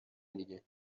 دیگه